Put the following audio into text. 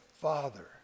Father